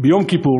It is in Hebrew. ביום כיפור